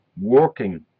working